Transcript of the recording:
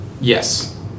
Yes